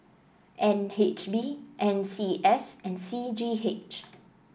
N H B N C S and C G H